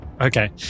Okay